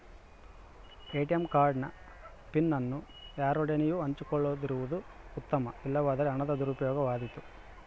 ATM card ನ PIN ಅನ್ನು ಯಾರೊಡನೆಯೂ ಹಂಚಿಕೊಳ್ಳದಿರುವುದು ಉತ್ತಮ, ಇಲ್ಲವಾದರೆ ಹಣದ ದುರುಪಯೋಗವಾದೀತು